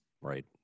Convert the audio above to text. right